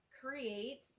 create